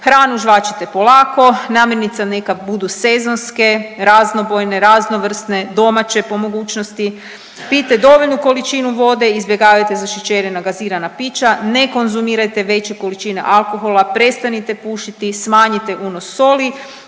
Hranu žvačite polako, namirnice neka budu sezonske, raznobojne, raznovrsne, domaće po mogućnosti, pijte dovoljnu količinu vode, izbjegavajte zašećerena gazirana pića, ne konzumirajte veće količine alkohola, prestanite pušiti, smanjite unos soli,